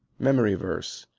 memory verse,